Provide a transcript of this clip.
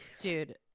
dude